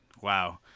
wow